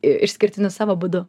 išskirtiniu savo būdu